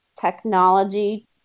technology